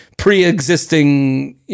pre-existing